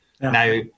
Now